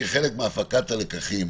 כחלק מהפקת הלקחים,